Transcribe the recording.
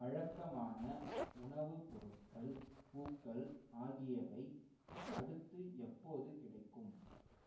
வழக்கமான உணவுப் பொருட்கள் பூக்கள் ஆகியவை அடுத்து எப்போது கிடைக்கும்